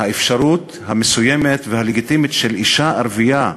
האפשרות המסוימת והלגיטימית של אישה ערבייה,